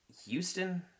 Houston